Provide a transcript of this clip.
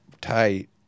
tight